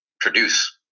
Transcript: produce